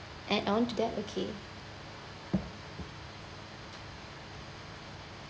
add on to that okay